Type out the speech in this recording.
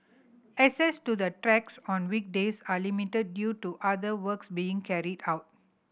access to the tracks on weekdays are limited due to other works being carried out